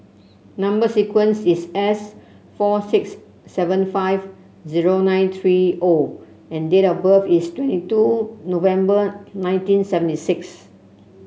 number sequence is S four six seven five zero nine three O and date of birth is twenty two November nineteen seventy six